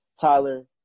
Tyler